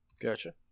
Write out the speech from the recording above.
Gotcha